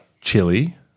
chili